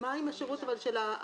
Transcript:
מה עם השירות של האחיות?